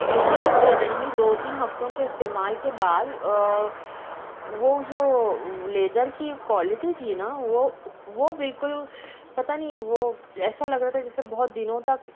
لیکن سڈنلی دو تین ہفتوں کے استعمال کے بعد وہ جو لیدر کی کوالیٹی تھی نہ وہ وہ بالکل پتہ نہیں وہ ایسا لگ رہا تھا جیسے بہت دنوں تک